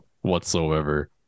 whatsoever